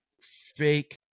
fake